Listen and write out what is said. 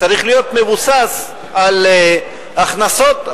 צריך להיות מבוסס על הכנסות,